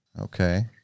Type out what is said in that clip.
Okay